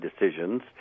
decisions